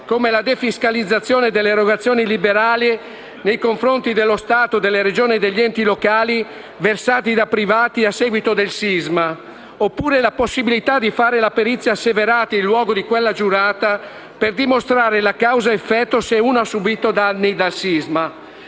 alla defiscalizzazione delle erogazioni liberali nei confronti dello Stato, delle Regioni e degli enti locali, versati da privati a seguito del sisma, oppure l'emendamento riguardante la possibilità di fare la perizia asseverata in luogo di quella giurata per dimostrare il nesso tra causa ed effetto se uno ha subito danni dal sisma.